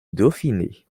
dauphiné